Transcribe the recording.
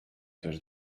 też